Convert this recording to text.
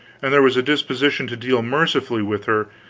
and there was disposition to deal mercifully with her,